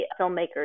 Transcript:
filmmakers